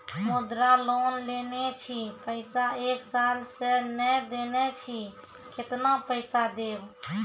मुद्रा लोन लेने छी पैसा एक साल से ने देने छी केतना पैसा देब?